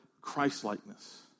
Christ-likeness